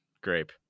grape